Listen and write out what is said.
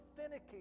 finicky